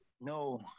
no